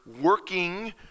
working